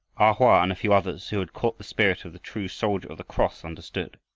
a hoa and a few others who had caught the spirit of the true soldier of the cross understood.